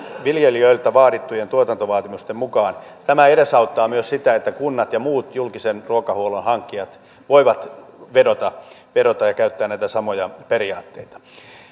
viljelijöiltä vaadittujen tuotantovaatimusten mukaan tämä edesauttaa myös sitä että kunnat ja muut julkisen ruokahuollon hankkijat voivat vedota siihen ja käyttää näitä samoja periaatteita